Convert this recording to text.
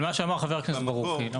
על מה שאמר חבר הכנסת ברוכי.